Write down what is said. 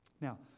Now